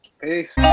Peace